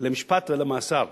למשפט ולמאסר.